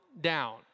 down